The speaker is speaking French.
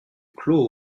clos